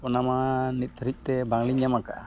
ᱚᱱᱟᱢᱟ ᱱᱤᱛ ᱫᱷᱟᱹᱨᱤᱡᱛᱮ ᱵᱟᱝᱞᱤᱧ ᱧᱟᱢ ᱟᱠᱟᱫᱼᱟ